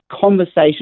conversation